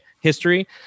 history